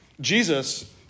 Jesus